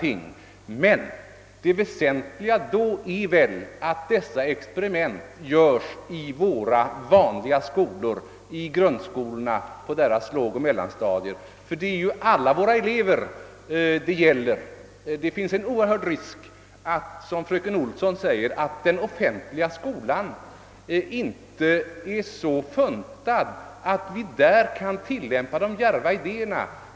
Men då är det väsentliga att dessa experiment görs i våra vanliga skolor, i våra grundskolor, på deras lågoch mellanstadier. Det gäller alla våra elever. Fröken Olsson säger att det finns stor risk för att den offentliga skolan inte är så funtad att vi där kan tillämpa de djärva idéerna.